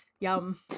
Yum